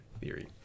theory